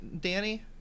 Danny